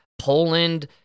Poland